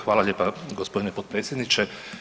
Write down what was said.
Hvala lijepa, gospodine potpredsjedniče.